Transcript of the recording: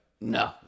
no